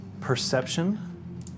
perception